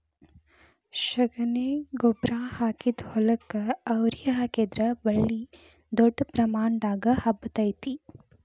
ಶಗಣಿ ಗೊಬ್ಬ್ರಾ ಹಾಕಿದ ಹೊಲಕ್ಕ ಅವ್ರಿ ಹಾಕಿದ್ರ ಬಳ್ಳಿ ದೊಡ್ಡ ಪ್ರಮಾಣದಾಗ ಹಬ್ಬತೈತಿ